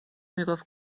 میگفت